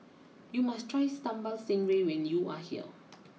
you must try Sambal Stingray when you are here